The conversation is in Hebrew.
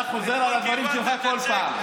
אתה חוזר על הדברים שלך כל פעם.